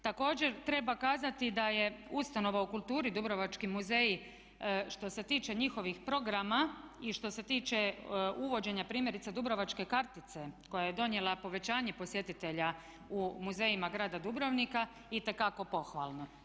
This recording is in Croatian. Također treba kazati da je ustanova u kulturi Dubrovački muzeji, što se tiče njihovih programa i što se tiče uvođenja primjerice dubrovačke kartice koja je donijela povećanje posjetitelja u muzejima grada Dubrovnika itekako pohvalno.